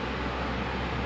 ya boleh juga ah